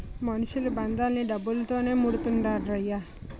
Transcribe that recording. మనుషులు బంధాలన్నీ డబ్బుతోనే మూడేత్తండ్రయ్య